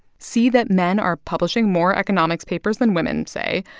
see that men are publishing more economics papers than women, say,